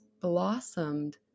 blossomed